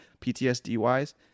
PTSD-wise